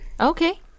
Okay